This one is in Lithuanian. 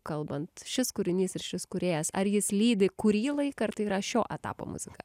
kalbant šis kūrinys ir šis kūrėjas ar jis lydi kurį laiką ar tai yra šio etapo muzika